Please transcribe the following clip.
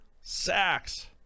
sacks